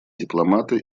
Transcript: дипломаты